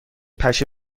پشه